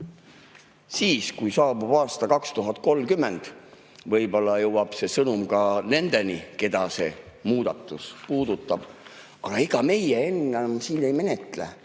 Siis, kui saabub aasta 2030, võib-olla jõuab see sõnum ka nendeni, keda see muudatus puudutab. Aga ega meie enne siin ei menetle,